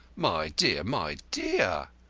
my dear, my dear,